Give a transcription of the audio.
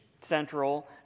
Central